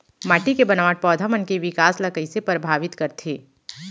माटी के बनावट पौधा मन के बिकास ला कईसे परभावित करथे